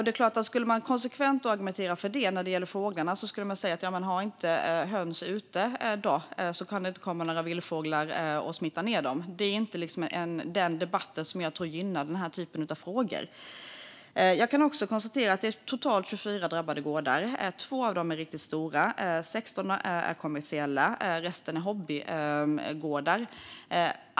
Det är klart att skulle man argumentera konsekvent när det gäller fåglarna skulle man väl säga: Ha inte höns ute då. Då kan det ju inte komma några vildfåglar och smitta ned dem. Men jag tror inte att den debatten gynnar den här typen av frågor. Jag kan också konstatera att det totalt är 24 gårdar som är drabbade. Två av dem är riktigt stora, 16 är kommersiella och resten är hobbygårdar.